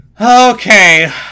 Okay